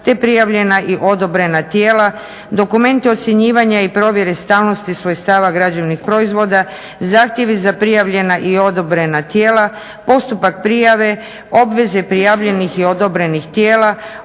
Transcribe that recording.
te prijavljena i odobrena tijela, dokumenti ocjenjivanja i provjere stalnosti svojstava građevnih proizvoda, zahtjevi za prijavljena i odobrena tijela, postupak prijave, obveze prijavljenih i odobrenih tijela,